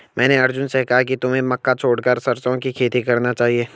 मैंने अर्जुन से कहा कि तुम्हें मक्का छोड़कर सरसों की खेती करना चाहिए